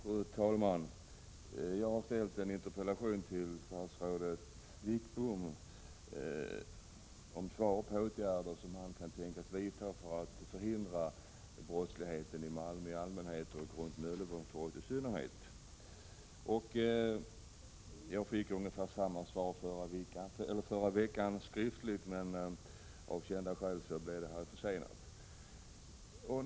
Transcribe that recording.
Fru talman! Jag riktade en interpellation till dåvarande statsrådet Wickbom om åtgärder som han kunde tänkas vidta för att förhindra brottsligheten i Malmö i allmänhet och runt Möllevångstorget i synnerhet. Förra veckan fick jag skriftligen ungefär samma svar som det statsrådet Leijon nyss lämnat här i kammaren. Av kända skäl blev svaret försenat.